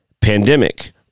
pandemic